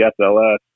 SLS